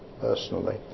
personally